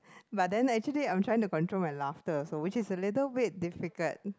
but then actually I'm trying to control my laughter so which is a little bit difficult